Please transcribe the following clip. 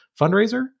fundraiser